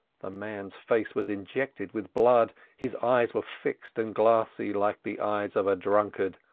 the man's face was injected with blood, his eyes were fixed and glassy like the eyes of a drunkard,